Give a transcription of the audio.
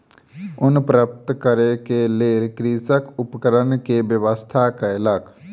ऊन प्राप्त करै के लेल कृषक उपकरण के व्यवस्था कयलक